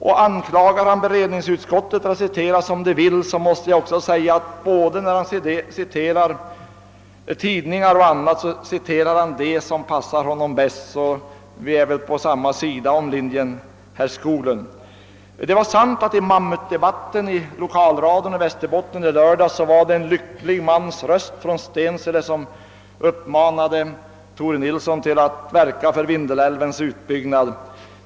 Men anklagar herr Skoglund beredningsutskottet för att citera som det vill, så måste jag säga att när herr Skoglund citerar både tidningar och annat citerar han som det passar honom bäst. Så vi är väl på samma sida om linjen, herr Skoglund! Det är sant att i mammutdebatten i lokalradion för Västerbotten i lördags var det en lycklig man från Stensele som uppmanade Tore Nilsson att verka för Vindelälvens utbyggnad.